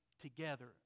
together